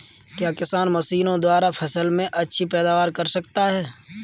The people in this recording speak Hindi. क्या किसान मशीनों द्वारा फसल में अच्छी पैदावार कर सकता है?